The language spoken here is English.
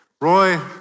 Roy